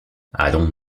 allons